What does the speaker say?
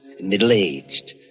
middle-aged